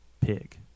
pig